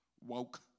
Woke